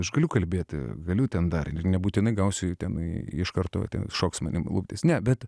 aš galiu kalbėti galiu ten dar nebūtinai gausiu tenai iš karto ten šoks manim luptis ne bet